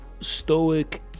stoic